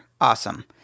awesome